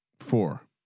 Four